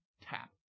tap